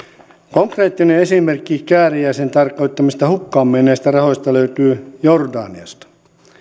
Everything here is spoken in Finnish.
konkreettinen esimerkki kääriäisen tarkoittamista hukkaan menneistä rahoista löytyy jordaniasta